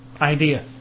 idea